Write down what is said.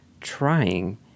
trying